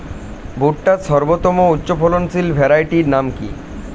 ভুট্টার সর্বোত্তম উচ্চফলনশীল ভ্যারাইটির নাম কি?